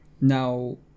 Now